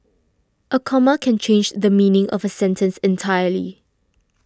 a comma can change the meaning of sentence entirely